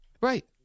Right